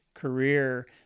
Career